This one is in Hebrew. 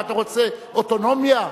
אתה רוצה אוטונומיה?